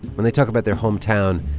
when they talk about their hometown,